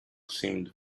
seemed